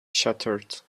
shattered